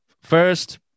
first